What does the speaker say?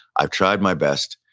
i've tried my best.